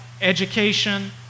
education